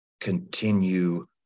continue